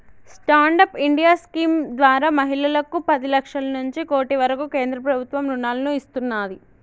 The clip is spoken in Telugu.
స్టాండ్ అప్ ఇండియా స్కీమ్ ద్వారా మహిళలకు పది లక్షల నుంచి కోటి వరకు కేంద్ర ప్రభుత్వం రుణాలను ఇస్తున్నాది